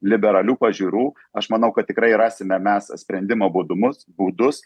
liberalių pažiūrų aš manau kad tikrai rasime mes sprendimo būdumus būdus